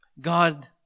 God